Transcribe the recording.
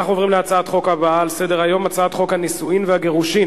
אנחנו עוברים להצעת החוק הבאה בסדר-היום: הצעת חוק הנישואין והגירושין,